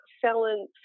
selling